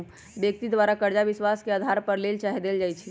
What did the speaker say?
व्यक्ति द्वारा करजा विश्वास के अधार पर लेल चाहे देल जाइ छइ